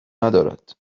ندارد